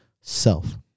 self